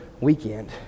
weekend